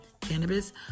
cannabis